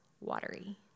watery